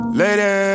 lady